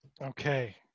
Okay